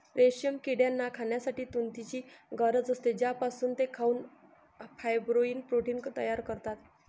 रेशीम किड्यांना खाण्यासाठी तुतीची गरज असते, ज्यापासून ते खाऊन फायब्रोइन प्रोटीन तयार करतात